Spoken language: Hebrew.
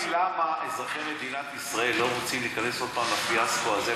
אתה מבין למה אזרחי מדינת ישראל לא רוצים להיכנס עוד פעם לפיאסקו הזה,